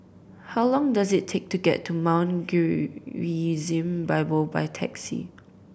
how long does it take to get to Mount Gerizim Bible by taxi